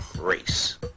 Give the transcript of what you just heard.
race